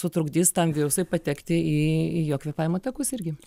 sutrukdys tam virusui patekti į jo kvėpavimo takus irgi